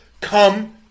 come